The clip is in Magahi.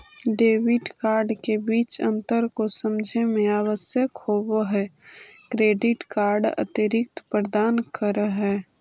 डेबिट कार्ड के बीच अंतर को समझे मे आवश्यक होव है क्रेडिट कार्ड अतिरिक्त प्रदान कर है?